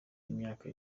imyaka